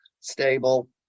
stable